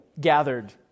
gathered